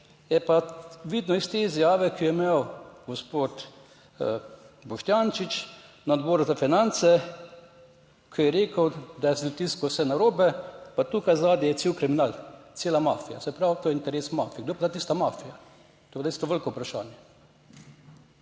je pa vidno iz te izjave, ki jo je imel gospod Boštjančič na Odboru za finance, ko je rekel, da je s tiskom vse narobe, pa tukaj zadaj je cel kriminal, cela mafija. Se pravi, to je interes mafije. Kdo je bila tista mafija? To je pa res veliko vprašanje.